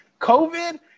COVID